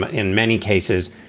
ah in many cases,